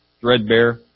threadbare